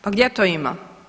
Pa gdje to ima?